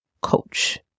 coach